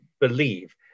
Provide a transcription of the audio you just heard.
believe